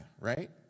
right